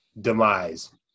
demise